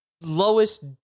lowest